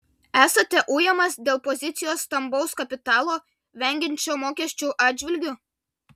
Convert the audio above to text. esate ujamas dėl pozicijos stambaus kapitalo vengiančio mokesčių atžvilgiu